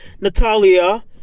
Natalia